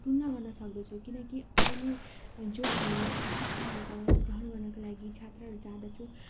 तुलना गर्नसक्दछु किनकि अहिले जो हामी शिक्षाहरू ग्र ग्रहण गर्नको लागि छात्रहरू जाँदछौँ